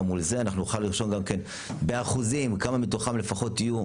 מול זה ואנחנו נוכל לרשום גם כן באחוזים כמה מתוכם לפחות יהיו